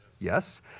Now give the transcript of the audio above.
Yes